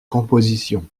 composition